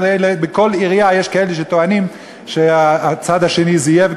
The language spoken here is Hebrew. בכל עירייה יש כאלה שטוענים שהצד השני זייף,